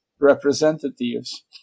representatives